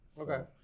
Okay